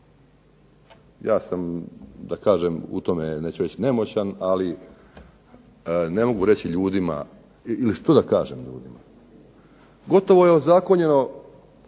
Ja sam da kažem u tome, neću reći nemoćan, ali ne mogu reći ljudima ili što da kažem ljudima. Gotovo je ozakonjeno